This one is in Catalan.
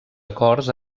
acords